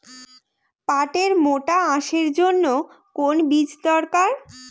পাটের মোটা আঁশের জন্য কোন বীজ দরকার?